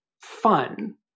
fun